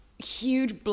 huge